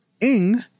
ing